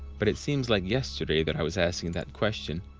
but it seems like yesterday that i was asking that question.